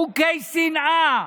חוקי שנאה,